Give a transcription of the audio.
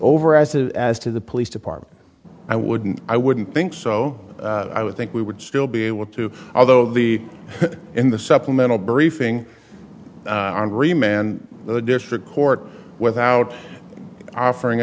over as of as to the police department i wouldn't i wouldn't think so i would think we would still be able to although the in the supplemental briefing on dream and the district court without offering